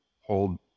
hold